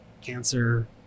cancer